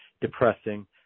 depressing